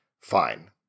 fine